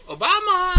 Obama